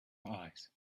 eyes